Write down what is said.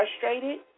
frustrated